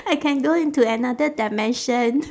I can go into another dimension